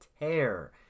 tear